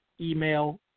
email